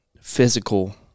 physical